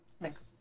Six